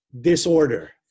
disorder